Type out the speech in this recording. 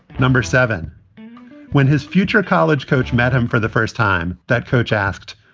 number seven when his future college coach met him for the first time, that coach asked,